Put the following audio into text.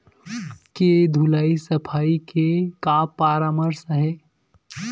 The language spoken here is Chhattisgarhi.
के धुलाई सफाई के का परामर्श हे?